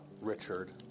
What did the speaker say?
Richard